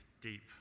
deep